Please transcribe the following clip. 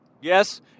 Yes